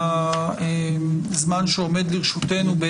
בזמן שעומד לרשותנו,